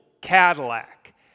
Cadillac